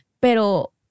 Pero